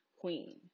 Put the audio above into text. Queen